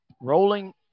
Rolling